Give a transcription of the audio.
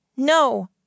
No